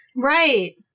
Right